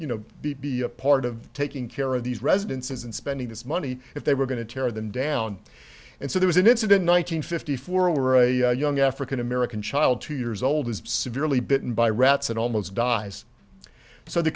you know be be a part of taking care of these residences and spending this money if they were going to tear them down and so there was an incident nine hundred fifty four were a young african american child two years old is severely bitten by rats and almost dies so the